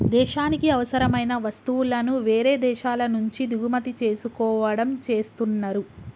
దేశానికి అవసరమైన వస్తువులను వేరే దేశాల నుంచి దిగుమతి చేసుకోవడం చేస్తున్నరు